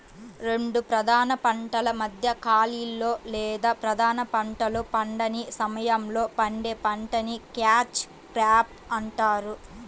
రెండు ప్రధాన పంటల మధ్య ఖాళీలో లేదా ప్రధాన పంటలు పండని సమయంలో పండే పంటని క్యాచ్ క్రాప్ అంటారు